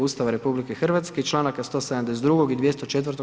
Ustava RH i članaka 172. i 204.